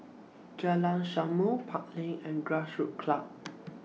Jalan Samulun Park Lane and Grassroots Club